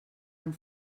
amb